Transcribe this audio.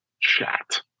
chat